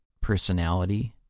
personality